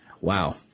wow